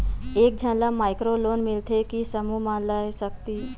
एक झन ला माइक्रो लोन मिलथे कि समूह मा ले सकती?